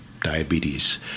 diabetes